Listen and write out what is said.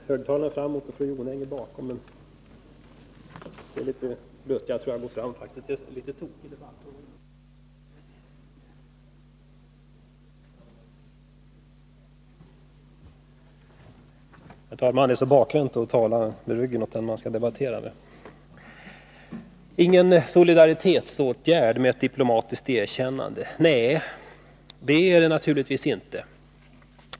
Herr talman! Ett diplomatiskt erkännande är ingen solidaritetsåtgärd, säger fru Jonäng. Nej, det är det naturligtvis inte.